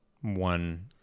one